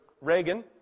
Reagan